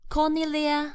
Cornelia